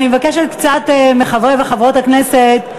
אני מבקשת קצת מחברי וחברות הכנסת,